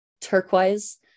Turquoise